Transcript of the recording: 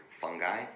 fungi